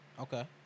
Okay